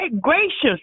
gracious